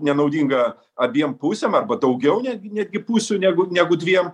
nenaudinga abiem pusėm arba daugiau netgi netgi pusių negu negu dviem